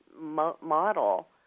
model